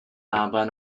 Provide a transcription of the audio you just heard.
aber